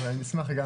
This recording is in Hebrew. אבל אני אשמח גם.